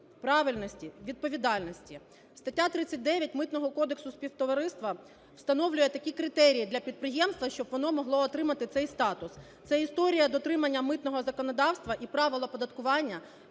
правильності, відповідальності. Стаття 39 Митного кодексу співтовариства встановлює такі критерії для підприємства, щоб воно могло отримати цей статус. Це історія дотримання митного законодавства і правила оподаткування,